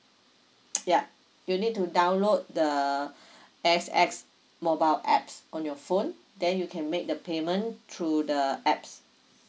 ya you need to download the A_X_S mobile apps on your phone then you can make the payment through the apps